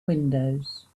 windows